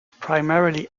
primarily